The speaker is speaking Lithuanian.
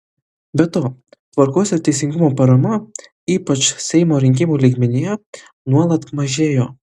be to tvarkos ir teisingumo parama ypač seimo rinkimų lygmenyje nuolat mažėjo